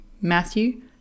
Matthew